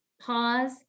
pause